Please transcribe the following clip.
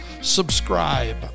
subscribe